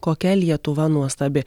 kokia lietuva nuostabi